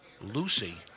Lucy